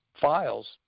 files